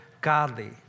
godly